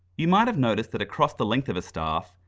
you might have noticed that across the length of a staff,